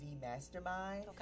Mastermind